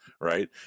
right